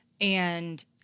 And-